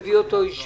ירים את ידו.